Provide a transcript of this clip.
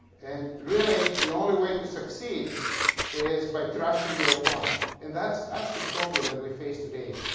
and, really, the only way to succeed is by trashing your opponent. and that's, that's the problem that we face today.